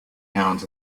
towns